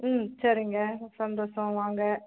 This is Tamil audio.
ம் சரிங்க சந்தோஷம் வாங்க